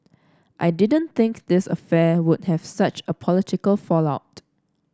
I didn't think this affair would have such a political fallout